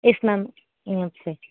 S ma'am hmm okay